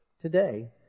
today